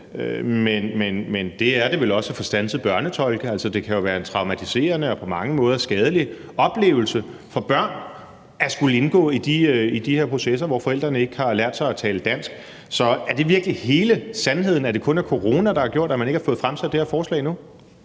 men det er det vel også at få standset børnetolke? Det kan jo være en traumatiserende og på mange måder skadelig oplevelse for børn at skulle indgå i de her processer, hvor forældrene ikke har lært sig at tale dansk. Så er det virkelig hele sandheden, at det kun er corona, der her gjort, at man endnu ikke har fået fremsat det her forslag?